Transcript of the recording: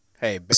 Hey